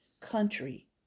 country